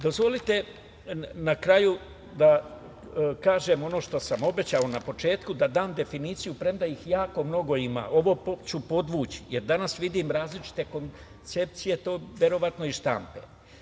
Dozvolite na kraju da kažem ono što sam obećao na početku da dam definiciju, premda ih jako mnogo ima, ovo ću podvući, jer danas vidim različite koncepcije, to verovatno iz štampe.